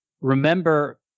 Remember